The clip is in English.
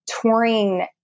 touring